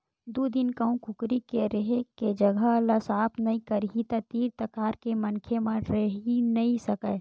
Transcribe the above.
दू दिन कहूँ कुकरी के रेहे के जघा ल साफ नइ करही त तीर तखार के मनखे मन रहि नइ सकय